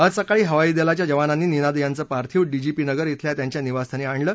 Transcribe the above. आज सकाळी हवाई दलाच्या जवानांनी निनाद यांचं पार्थिव डीजीपी नगर बेल्या त्यांच्या निवासस्थानी आणलं